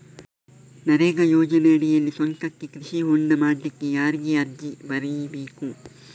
ನರೇಗಾ ಯೋಜನೆಯಡಿಯಲ್ಲಿ ಸ್ವಂತಕ್ಕೆ ಕೃಷಿ ಹೊಂಡ ಮಾಡ್ಲಿಕ್ಕೆ ಯಾರಿಗೆ ಅರ್ಜಿ ಬರಿಬೇಕು?